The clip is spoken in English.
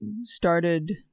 started